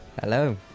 Hello